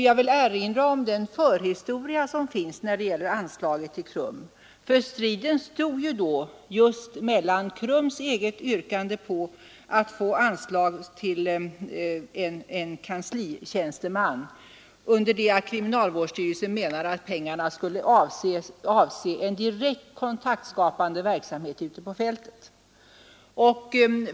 Jag vill erinra om den förhistoria som finns när det gäller anslaget till KRUM. Striden stod då mellan KRUM:s eget yrkande att få anslag till en kanslitjänsteman och kriminalvårdsstyrelsens förslag att pengarna skulle avse en direkt kontaktskapande verksamhet ute på fältet.